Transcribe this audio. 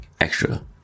extra